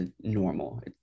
normal